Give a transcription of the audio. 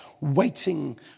waiting